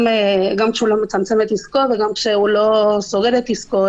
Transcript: כשהוא לא סוגר את עסקו,